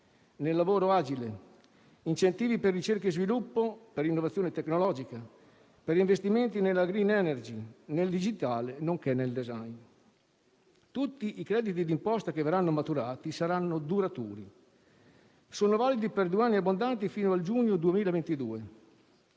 nel lavoro agile, incentivi per ricerca e sviluppo, per innovazione tecnologica, per investimenti nella *green energy*, nel digitale nonché nel *design*. Tutti i crediti di imposta che verranno maturati saranno duraturi. Sono validi per due anni abbondanti, fino al giugno 2022.